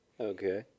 Okay